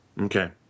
Okay